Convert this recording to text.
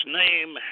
name